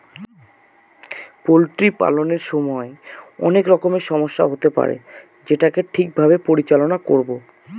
poultry পালনের সময় অনেক রকমের সমস্যা হতে পারে যেটাকে ঠিক ভাবে পরিচালনা করবো